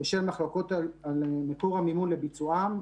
בשל מחלוקות על מקור המימון לביצועם,